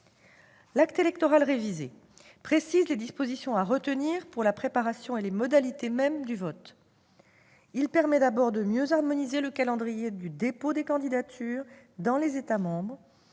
L'acte électoral révisé précise les dispositions à retenir pour la préparation et les modalités mêmes du vote. Il permet d'abord de mieux harmoniser le calendrier du dépôt des candidatures dans les États membres